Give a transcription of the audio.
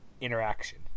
interaction